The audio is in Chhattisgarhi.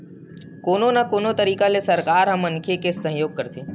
कोनो न कोनो तरिका ले सरकार ह मनखे के सहयोग करथे